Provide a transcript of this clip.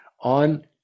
on